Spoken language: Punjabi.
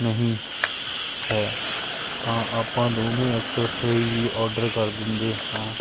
ਨਹੀਂ ਹੈ ਤਾਂ ਆਪਾਂ ਦੋਵੇਂ ਇਕੱਠੇ ਹੀ ਔਡਰ ਕਰ ਦਿੰਦੇ ਹਾਂ